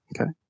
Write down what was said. Okay